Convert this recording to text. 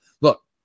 look